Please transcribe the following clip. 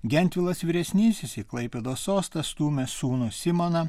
gentvilas vyresnysis į klaipėdos sostą stūmė sūnų simoną